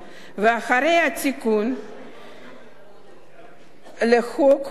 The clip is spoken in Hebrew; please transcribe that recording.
אחרי שאושר התיקון לחוק ב-2008,